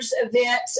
event